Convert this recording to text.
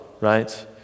right